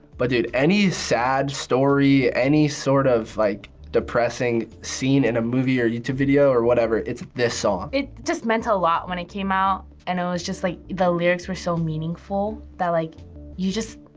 but dude, any sad story, any sort of like depressing scene in a movie or youtube video or whatever, it's this song. it just meant a lot when it came out, and it was just like, the lyrics were so meaningful that like you just,